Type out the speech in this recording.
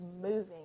moving